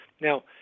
Now